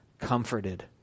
comforted